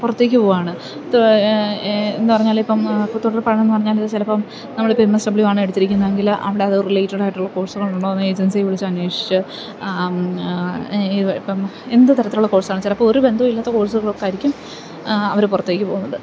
പുറത്തേക്കു പോവുകയാണ് എന്നു പറഞ്ഞാല് ഇപ്പോള് പുറത്തോട്ടൊക്കെ പോകണമെന്നുപറഞ്ഞാല് ചിലപ്പോള് നമ്മളിപ്പോള് എം എസ് ഡബ്ല്യൂ ആണ് എടുത്തിരിക്കുന്നതെങ്കില് അവിടെ അത് റിലേറ്റഡായിട്ടുള്ള കോഴ്സുകൾ ഉണ്ടോ എന്ന് ഏജൻസിയില് വിളിച്ച്ന്വേഷിച്ച് ഇപ്പോള് എന്തു തരത്തിലുള്ള കോഴ്സാണ് ചിലപ്പോള് ഒരു ബന്ധവുമില്ലാത്ത കോഴ്സുകളൊക്കെയായിരിക്കും അവര് പുറത്തേക്കു പോകുന്നത്